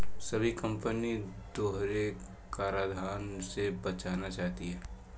सभी कंपनी दोहरे कराधान से बचना चाहती है